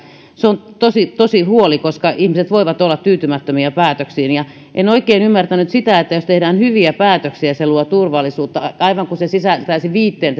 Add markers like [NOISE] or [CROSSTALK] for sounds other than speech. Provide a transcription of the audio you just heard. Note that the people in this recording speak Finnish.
se on tosi tosi huoli koska ihmiset voivat olla tyytymättömiä päätöksiin en oikein ymmärtänyt sitä että jos tehdään hyviä päätöksiä se luo turvallisuutta aivan kuin se sisältäisi viitteen [UNINTELLIGIBLE]